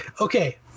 okay